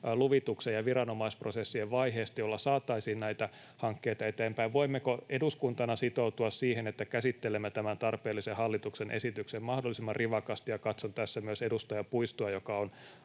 luvituksen ja viranomaisprosessien vaiheista, jotta saataisiin näitä hankkeita eteenpäin? Voimmeko eduskuntana sitoutua siihen, että käsittelemme tämän tarpeellisen hallituksen esityksen mahdollisimman rivakasti — ja katson tässä myös edustaja Puistoa, joka on